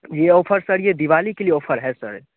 यह offer sir यह दिवाली के लिए है सर